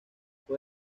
fue